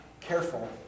careful